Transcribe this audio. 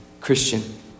Christian